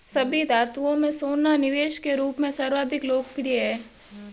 सभी धातुओं में सोना निवेश के रूप में सर्वाधिक लोकप्रिय है